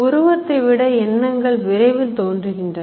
உருவத்தை விட எண்ணங்கள் விரைவில் தோன்றுகின்றன